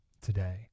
today